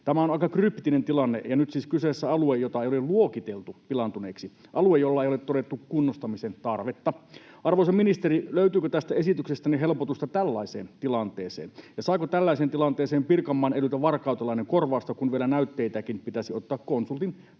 Tämä on aika kryptinen tilanne, ja nyt siis kyseessä on alue, jota ei ole luokiteltu pilaantuneeksi, alue, jolla ei ole todettu kunnostamisen tarvetta. Arvoisa ministeri, löytyykö tästä esityksestänne helpotusta tällaiseen tilanteeseen? Ja saako tällaiseen tilanteeseen Pirkanmaan elyltä varkautelainen korvausta, kun vielä näytteitäkin pitäisi ottaa konsultin